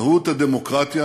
מהות הדמוקרטיה